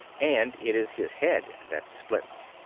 and it is his head that splits.